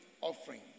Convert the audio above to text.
offering